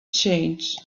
change